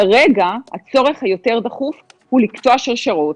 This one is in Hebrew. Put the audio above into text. כרגע, הצורך היותר דחוף הוא לקטוע שרשראות.